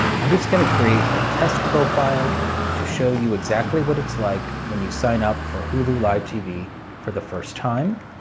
i'm just going to create a test profile to show you exactly what it's like when you sign up for hulu live tv for the first time.